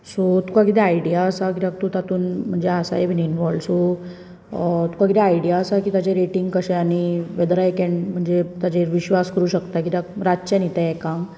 so तुका कितें idea आसा कित्याक तूं तातूंत म्हणजें आसा न्ही इनवोल्व्ड सो तुका कितें आयडिया आसा की ताचें रेटींग कशें वेदर आय कॅन म्हणजें विश्वास करूंक शकता कित्याक रातचें न्ही तें एकाक